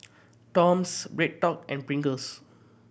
Toms BreadTalk and Pringles